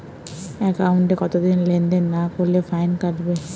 একাউন্টে কতদিন লেনদেন না করলে ফাইন কাটবে?